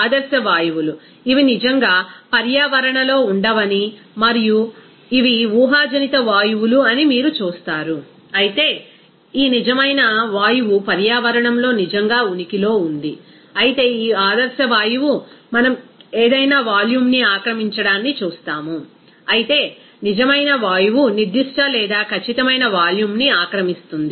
ఆదర్శ వాయువులు ఇవి నిజంగా పర్యావరణంలో ఉండవని మరియు ఇవి ఊహాజనిత వాయువులు అని మీరు చూస్తారు అయితే ఈ నిజమైన వాయువు పర్యావరణంలో నిజంగా ఉనికిలో ఉంది అయితే ఈ ఆదర్శ వాయువు మనం ఏదైనా వాల్యూమ్ను ఆక్రమించడాన్ని చూస్తాము అయితే నిజమైన వాయువు నిర్దిష్ట లేదా ఖచ్చితమైన వాల్యూమ్ను ఆక్రమిస్తుంది